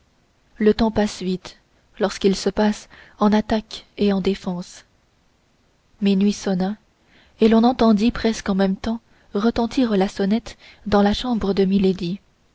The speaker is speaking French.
le temps passe vite lorsqu'il se passe en attaques et en défenses minuit sonna et l'on entendit presque en même temps retentir la sonnette dans la chambre de